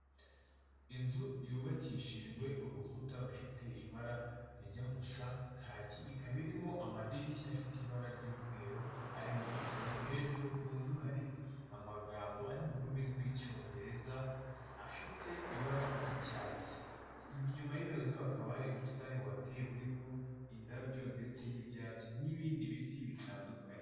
Inzu yubakishijwe urukuta rufite ibara rijya gusa kaki ikaba irimo amadirishya afite ibara ry'umweru arimo ibirahure, hejuru ku nzu hari amagambo ari mu rurimi rw'icyongereza afite ibara ry'icyatsi, inyuma y'iyo nzu hakaba ari ubusitani buhateye burimo indabyo ndetse n'ibyatsi n'ibindi biti bitandukanye.